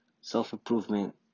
self-improvement